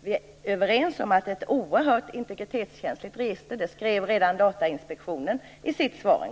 Vi är överens om att det är ett oerhört integritetskränkande register. Det skrev redan Datainspektionen i sitt svar.